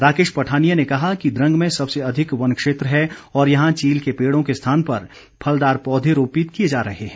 राकेश पठानिया ने कहा कि द्रंग में सबसे अधिक वन क्षेत्र है और यहां चील के पेड़ों के स्थान पर फलदार पौधे रोपित किए जा रहे हैं